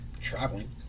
traveling